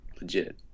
legit